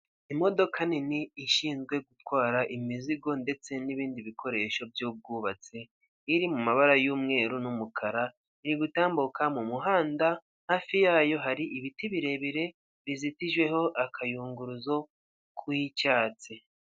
Imodoka nini ishinzwe gutwara imizigo ndetse n'ibindi bikoresho by'ubwubatsi, iri mu mabara y'umweru n'umukara, iri gutambuka mu muhanda, hafi yayo hari ibiti birebire, bizitijeho akayunguruzo k'icyatsi.